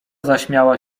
zaśmiała